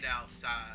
outside